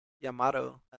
yamato